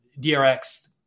DRX